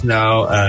now